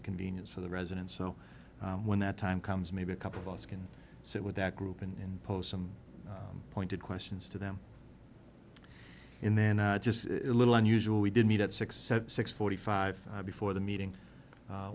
a convenience for the residents so when that time comes maybe a couple of us can sit with that group and post some pointed questions to them in then just a little unusual we did meet at six six forty five before the meeting